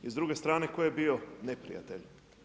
I s druge strane tko je bio neprijatelj?